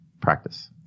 practice